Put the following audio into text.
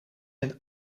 een